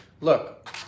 look